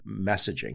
messaging